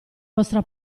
vostra